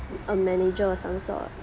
a manager or some sort